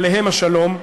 עליהם השלום,